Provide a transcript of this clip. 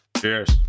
Cheers